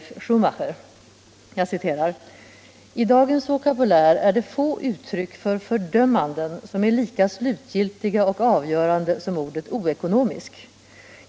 F. Schumacher: ”I dagens vokabulär är det få uttryck för fördömanden som är lika slutgiltiga och avgörande som ordet ”oekonomisk”.